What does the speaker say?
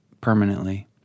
permanently